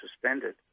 suspended